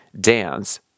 dance